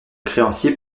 créancier